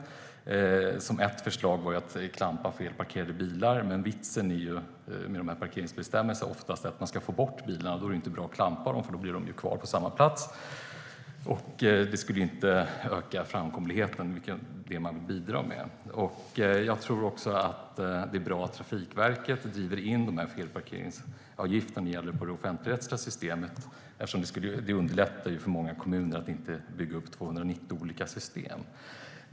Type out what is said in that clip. Ett förslag var att man skulle klampa felparkerade bilar. Men vitsen med parkeringsbestämmelserna är oftast att man ska få bort bilarna. Då är det inte bra att klampa dem eftersom de då blir kvar på samma plats. Det skulle inte öka framkomligheten, vilket man vill uppnå. Jag tror också att det är bra att Trafikverket driver in dessa felparkeringsavgifter när det gäller det offentligrättsliga systemet, eftersom det underlättar för många kommuner att det inte behöver byggas upp 290 olika system.